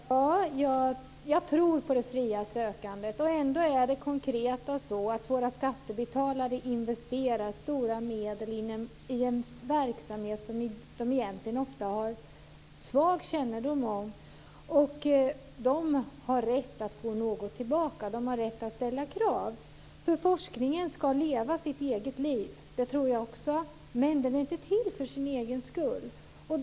Fru talman! Jag tror på det fria sökandet. Ändå är det konkret på det sättet att våra skattebetalare investerar stora medel i en verksamhet som de ofta har en svag kännedom om. De har rätt att få något tillbaka, och de har rätt att ställa krav. Forskningen ska leva sitt eget liv. Det tror jag också. Men den är inte till för sin egen skull.